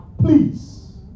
please